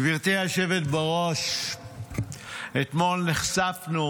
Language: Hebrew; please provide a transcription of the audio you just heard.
גברתי היושבת בראש, אתמול נחשפנו